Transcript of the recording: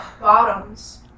Bottoms